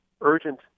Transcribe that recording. urgent